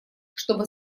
чтобы